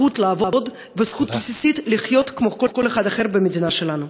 הזכות לעבוד והזכות הבסיסית לחיות כמו כל אחד אחר במדינה שלנו.